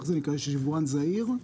יש יבואן זעיר?